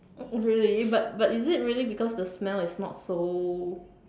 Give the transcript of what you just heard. really but but is it really because the smell is not so